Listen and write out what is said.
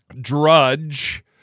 Drudge